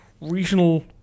regional